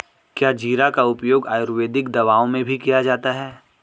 क्या जीरा का उपयोग आयुर्वेदिक दवाओं में भी किया जाता है?